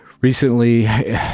Recently